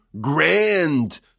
grand